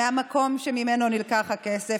מהמקום שממנו נלקח הכסף,